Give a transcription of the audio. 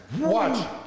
Watch